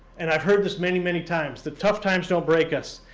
and i've heard this many, many times. the tough times don't break us,